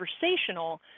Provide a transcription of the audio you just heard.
conversational